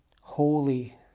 holy